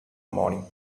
morning